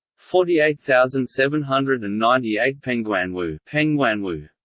forty eight thousand seven hundred and ninety eight penghuanwu penghuanwu